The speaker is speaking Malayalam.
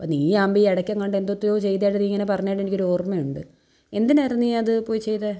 അപ്പം നീയാവുമ്പോൾ ഈ ഇടക്കെങ്ങാണ്ട് എന്തൊക്കെയോ ചെയ്തതായിട്ട് നീ ഇങ്ങനെ പറഞ്ഞതായിട്ട് എനിക്കൊരോർമ്മയുണ്ട് എന്തിനായിരുന്നു നീ അത് പോയി ചെയ്തേ